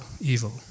evil